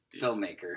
filmmaker